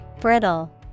Brittle